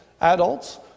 adults